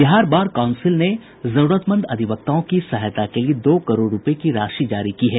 Bihar bar council ने जरूरतमंद अधिवक्ताओं की सहायता के लिये दो करोड़ रूपये की राशि जारी की है